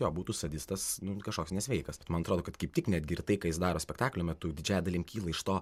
jo būtų sadistas nu kažkoks nesveikas man atrodo kad kaip tik netgi ir tai ką jis daro spektaklio metu didžia dalim kyla iš to